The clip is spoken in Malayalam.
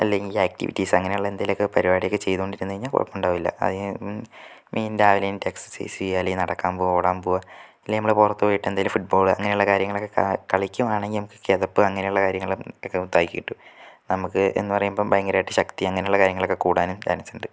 അല്ലെങ്കിൽ ആക്റ്റിവിറ്റീസ് അങ്ങനെയുള്ള എന്തെങ്കിലുമൊക്കെ പരിപാടികളൊക്കെ ചെയ്തോണ്ടിരുന്നു കഴിഞ്ഞാൽ കുഴപ്പമുണ്ടാവില്ല അയി മീ രാവിലെ എണീറ്റ് എക്സർസൈസ്സ് ചെയ്യുക അല്ലങ്കിൽ നടക്കാൻ പോകുക ഓടാൻ പോകുക ഇല്ലേ നമ്മള് പുറത്ത് പോയിട്ട് എന്തേലും ഫുട്ബോള് അങ്ങനുള്ള കാര്യങ്ങളക്കെ കാ കളിയ്ക്കുവാണെങ്കിൽ നമക്ക് കിതപ്പ് അങ്ങനുള്ള കാര്യങ്ങള് ഒക്കെ ഇതായി കിട്ടും നമുക്ക് എന്ന് പറയുമ്പം ശക്തി അങ്ങനുള്ള കാര്യങ്ങളക്കെ കൂടാനും ചാൻസ് ഉണ്ട്